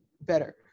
better